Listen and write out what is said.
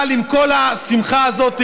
אבל עם כל השמחה הזאת,